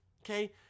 okay